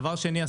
דבר שני,